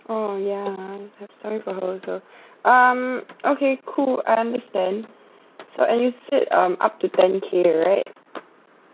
oh yeah have to submit for her also um okay cool I understand so and you said um up to ten K right